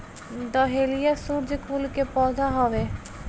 dahlia सूर्यकुल के पौधा हवे